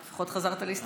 לפחות חזרת להסתפר.